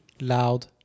loud